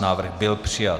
Návrh byl přijat.